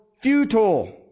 Futile